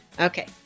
Okay